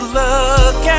look